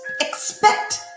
Expect